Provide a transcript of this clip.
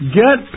get